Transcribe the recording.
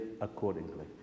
accordingly